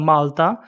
Malta